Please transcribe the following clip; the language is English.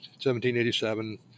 1787